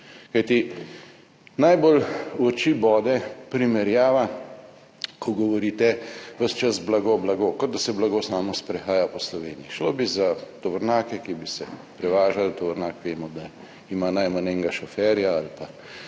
Najbolj v oči bode primerjava, ko ves čas govorite blago, blago, kot da se blago samo sprehaja po Sloveniji. Šlo bi za tovornjake, ki bi se prevažali, tovornjak vemo, da ima najmanj enega šoferja, ali pa